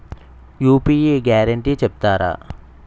UPI guarantee చెప్తారా?